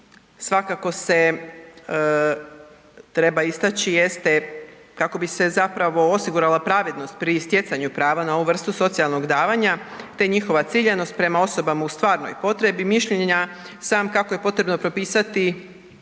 svakako se treba istaći jeste kako bi se osigurala pravednost pri stjecanju prava na ovu vrstu socijalnog davanja te njihova ciljanost prema osobama u stvarnoj potrebi, mišljenja sam kako je potrebno propisati